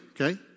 Okay